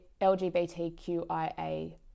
lgbtqia